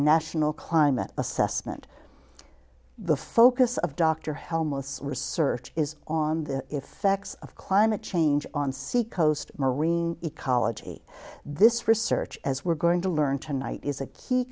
national climate assessment the focus of dr hell most research is on the effects of climate change on sea coast marine ecology this research as we're going to learn tonight is a key